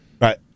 Right